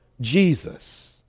Jesus